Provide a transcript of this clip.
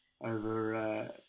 over